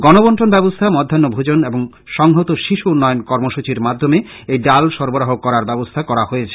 গণবন্টন ব্যবস্থা মধ্যাহ্ন ভোজন এবং সংহত শিশু উন্নয়ন কার্যসূচীর মাধ্যমে এই ডাল সরবরাহ করার ব্যবস্থা করা হয়েছে